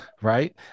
right